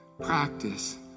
practice